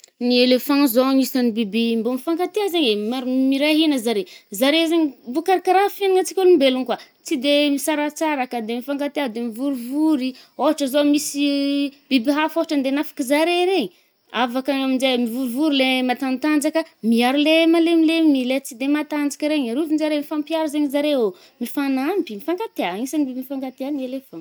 Ny éléphant zao anisan’ny biby ih mbô mifankatià zaigny eh, maro m- miray hina zare. Zare zaigny m- bo kar-karaha fienanatsika olombelogno koà. Tsy de misaratsaraka, de mifankatià, de mivoriviry ih. Ohatra zao misy biby hafa ôhatrany nde hanafiky zare re, avy akagny aminje mvorivory le matanjatanjaka miaro le malemilemy le tsy de matanjaka regny. Arovinjare-mifampiaro zaigny zareô. Mifagnampy, mifankatià. Isan’ny biby mifankatià ny éléphant.